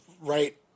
right